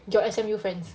your S_M_U friends